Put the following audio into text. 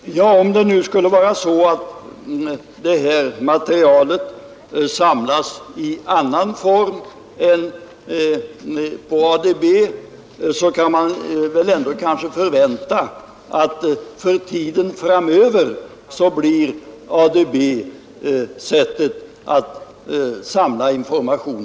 Fru talman! Om det skulle vara så, att det här materialet samlas i annan form än på ADB, kan man kanske ändå förvänta att informationer för tiden framöver kommer att samlas genom ADB-information.